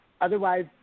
Otherwise